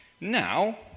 Now